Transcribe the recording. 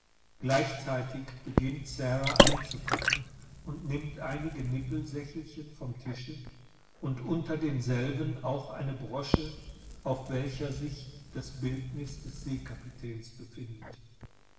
gleichzeitig beginnt sara einzupacken und nimmt einige nippsächelchen vom tische und unter denselben auch eine brosche auf welcher sich das bildnis des seekapitäns befindet